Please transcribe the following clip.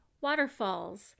Waterfalls